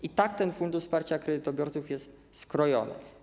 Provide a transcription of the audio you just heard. I tak Fundusz Wsparcia Kredytobiorców jest skrojony.